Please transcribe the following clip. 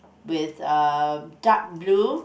with uh dark blue